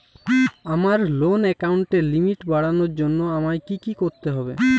আমার লোন অ্যাকাউন্টের লিমিট বাড়ানোর জন্য আমায় কী কী করতে হবে?